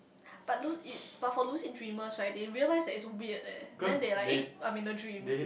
but lu~ but for lucid dreamer right they realise that it's weird eh then they like eh I'm in a dream